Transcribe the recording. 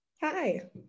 Hi